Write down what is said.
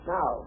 Now